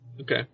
Okay